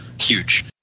huge